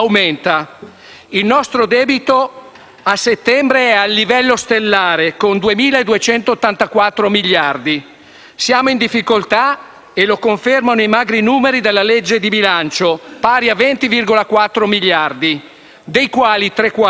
Le cose non vanno bene e lo sanno bene i cittadini, al di là delle favolette raccontate da Gentiloni Silveri e Padoan. Lo sanno i 7,5 milioni di italiani in stato di deprivazione, di cui 4,5 in povertà assoluta.